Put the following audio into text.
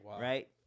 right